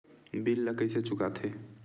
bill ला कइसे चुका थे